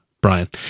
Brian